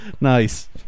Nice